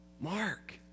Mark